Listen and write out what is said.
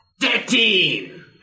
Thirteen